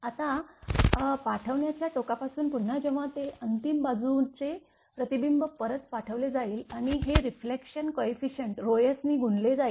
आता पाठवण्याच्या टोकापासून पुन्हा जेव्हा ते अंतिम बाजूचे प्रतिबिंब परत पाठवले जाईल आणि हे रेफ्लेक्शन कोयफिसियंट s नी गुणले जाईल